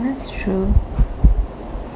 that's true